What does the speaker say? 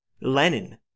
Lenin